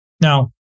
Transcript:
Now